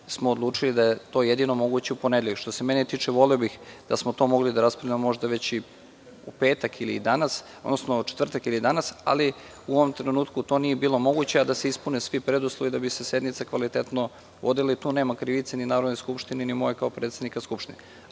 smo odlučili da je to jedino moguće u ponedeljak. Što se mene tiče, voleo bih da smo mogli to da raspravljamo možda već u četvrtak ili danas, ali u ovom trenutku to nije bilo moguće, a da se ispune sledeći preduslovi da bi se sednica kvalitetno vodila. Tu nema krivice ni Narodne skupštine, ni moje kao predsednika Skupštine,